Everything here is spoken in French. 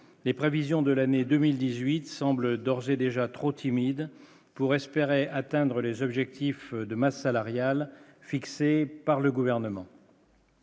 les prévisions de l'année 2018 semble d'ores et déjà trop timide pour espérer atteindre les objectifs de masse salariale fixée par le gouvernement.